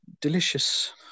delicious